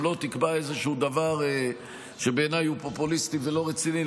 גם לא תקבע איזשהו דבר שבעיניי הוא פופוליסטי ולא רציני,